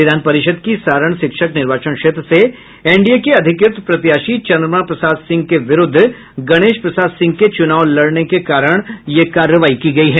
विधान परिषद् की सारण शिक्षक निर्वाचन क्षेत्र से एनडीए के अधिकृत प्रत्याशी चन्द्रमा प्रसाद सिंह के विरूद्ध गणेश प्रसाद सिंह के चुनाव लड़ने के कारण ये कार्रवाई की गयी है